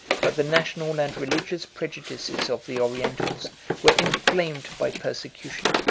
but the national and religious prejudices of the orientals were inflamed by persecution,